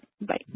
Bye